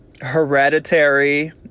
Hereditary